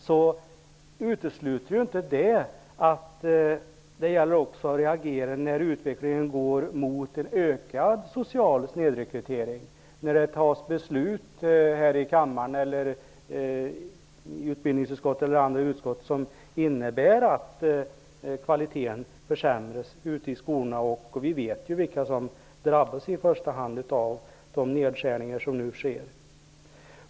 Men det utesluter ju inte att man reagerar när utvecklingen går mot en ökad social snedrekrytering, när beslut fattas här i kammaren, i utbildningsutskottet eller andra utskott, som innebär att kvaliteten försämras ute i skolorna. Vi vet ju vilka som i första hand drabbas av nedskärningarna.